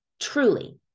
Truly